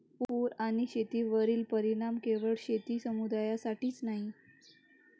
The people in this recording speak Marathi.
पूर आणि शेतीवरील परिणाम केवळ शेती समुदायासाठीच नाही